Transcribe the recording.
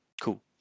Cool